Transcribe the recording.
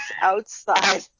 outside